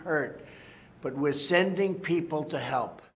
hurt but we're sending people to help